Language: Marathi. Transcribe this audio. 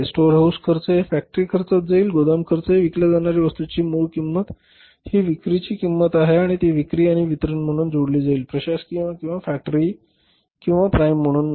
स्टोअर हाऊस खर्च हे फॅक्टरी खर्चात जाईल आणि गोदाम खर्च हे विकल्या जाणाऱ्या वस्तूची मूळ किंमत ही विक्रीची किंमत आहे आणि ती विक्री आणि वितरण म्हणून जोडली जाईल प्रशासकीय किंवा फॅक्टरी किंवा प्राइम म्हणून नाही